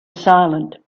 silent